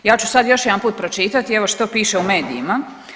Ja ću sad još jedanput pročitati, evo, što piše u medijima.